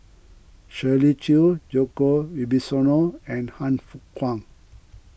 Shirley Chew Djoko Wibisono and Han Fook Kwang